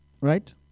Right